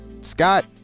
Scott